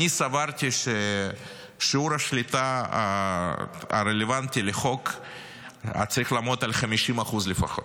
אני סברתי ששיעור השליטה הרלוונטי לחוק היה צריך לעמוד על 50% לפחות.